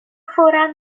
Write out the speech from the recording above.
فورا